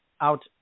out